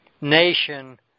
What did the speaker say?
nation